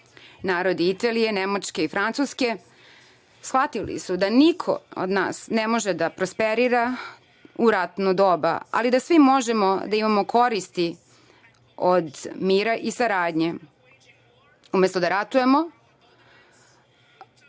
Italije, Nemačke i Francuske shvatili su da niko od nas ne može da prosperira u ratno doba, ali da svi možemo da imamo koristi od mira i saradnje. Umesto da ratujemo